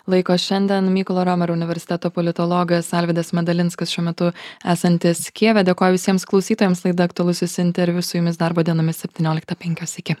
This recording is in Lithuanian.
laiko šiandien mykolo riomerio universiteto politologas alvydas medalinskas šiuo metu esantis kijeve dėkoju visiems klausytojams laida aktualusis interviu su jumis darbo dienomis septynioliktą penkios iki